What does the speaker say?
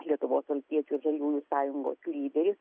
lietuvos valstiečių ir žaliųjų sąjungos lyderis